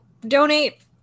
donate